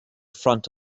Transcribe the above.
front